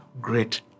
great